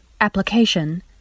application